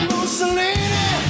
Mussolini